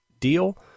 deal